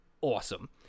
awesome